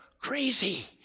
crazy